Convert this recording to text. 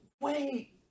wait